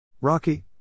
Rocky